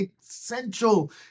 essential